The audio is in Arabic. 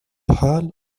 حال